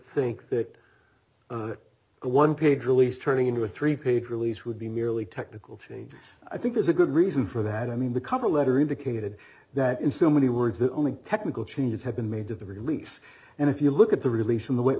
think that a one page release turning into a three page release would be merely technical change i think there's a good reason for that i mean the cover letter indicated that in so many words the only technical changes had been made to the release and if you look at the release in the w